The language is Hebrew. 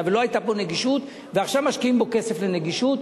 ולא היתה בו נגישות ועכשיו משקיעים בו כסף לנגישות,